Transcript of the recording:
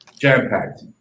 Jam-packed